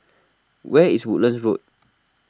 where is Woodlands Road